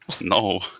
No